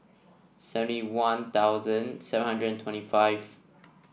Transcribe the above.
seventy One Thousand seven hundred and twenty five